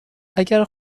اگر